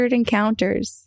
encounters